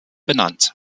benannt